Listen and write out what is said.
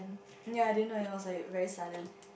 ya I didn't know it was like very sudden